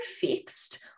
fixed